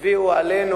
הביאו עלינו,